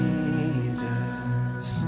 Jesus